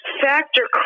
factor